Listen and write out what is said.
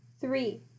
three